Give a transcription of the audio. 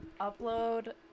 upload